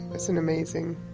was an amazing,